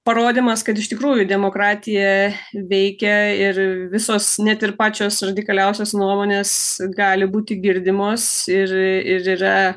parodymas kad iš tikrųjų demokratija veikia ir visos net ir pačios radikaliausios nuomonės gali būti girdimos ir ir yra